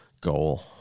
goal